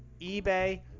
ebay